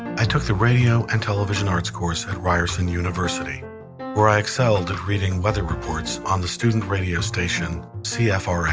i took the radio and television arts course at ryerson university where i excelled at reading weather reports on the student radio station, cfrm.